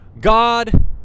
God